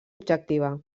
objectiva